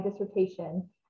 dissertation